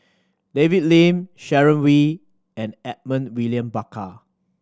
David Lim Sharon Wee and Edmund William Barker